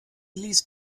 ließ